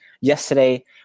Yesterday